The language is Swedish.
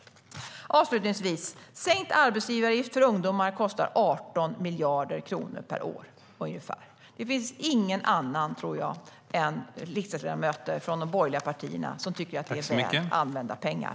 Avslutningsvis: Sänkt arbetsgivaravgift för ungdomar kostar ungefär 18 miljarder kronor per år. Det finns inga andra än riksdagsledamöter från de borgerliga partierna som tycker att det är väl använda pengar.